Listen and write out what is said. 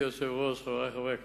אדוני היושב-ראש, חברי חברי הכנסת,